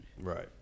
Right